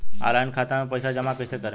Online खाता मे पईसा जमा कइसे करेम?